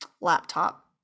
laptop